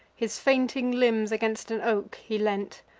his fainting limbs against an oak he leant.